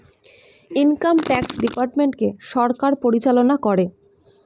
income tax ডিপার্টমেন্টকে সরকার পরিচালনা করে